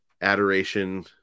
Adoration